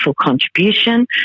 contribution